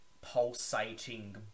pulsating